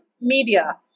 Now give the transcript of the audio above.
media